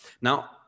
Now